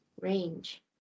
range